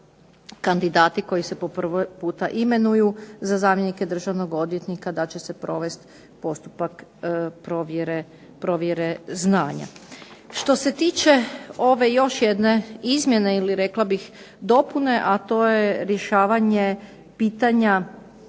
kandidati koji se po prvi puta imenuju za zamjenike državnog odvjetnika da će se provesti postupak provjere znanja. Što se tiče ove još jedne izmjene ili rekla bih dopune, a to je rješavanje pitanja